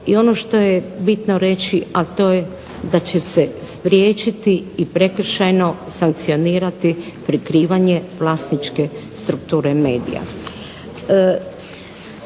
i ono što je bitno reći, a to je da će se spriječiti i prekršajno sankcionirati prikrivanje vlasničke strukture medija.